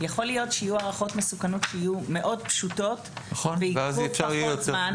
יכול להיות שיהיו הערכות מסוכנות שיהיו מאוד פשוטות וייקחו פחות זמן.